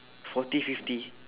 forty fifty